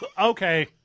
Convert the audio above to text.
Okay